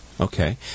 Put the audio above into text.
Okay